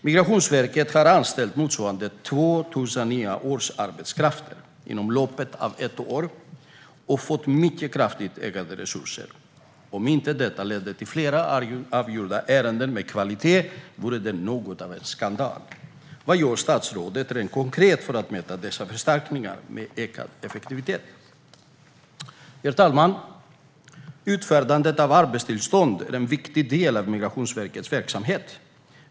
Migrationsverket har anställt motsvarande 2 000 nya årsarbetskrafter inom loppet av ett år och fått mycket kraftigt ökade resurser. Om inte detta leder till fler avgjorda ärenden med kvalitet vore det något av en skandal. Vad gör statsrådet rent konkret för att möta dessa förstärkningar med ökad effektivitet? Herr talman! Utfärdandet av arbetstillstånd är en viktig del av Migrationsverkets verksamhet.